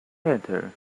hatter